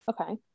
Okay